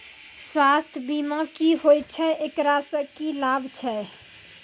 स्वास्थ्य बीमा की होय छै, एकरा से की लाभ छै?